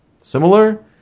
similar